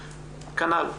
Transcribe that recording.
כנ"ל,